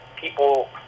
people